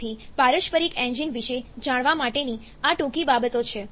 તેથી પારસ્પરિક એન્જિન વિશે જાણવા માટેની આ ટૂંકી બાબતો છે